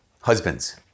husbands